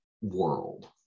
world